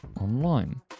online